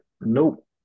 nope